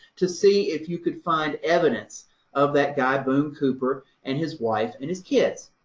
to see if you could find evidence of that guy, boone cooper and his wife and his kids.